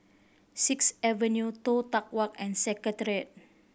Sixth Avenue Toh Tuck Walk and Secretariat